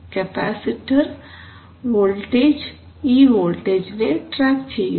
capacitor voltage ഈ വോൾട്ടേജിനെ track ചെയ്യുന്നു